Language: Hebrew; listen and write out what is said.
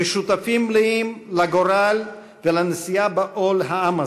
כשותפים מלאים לגורל ולנשיאה בעול העם הזה,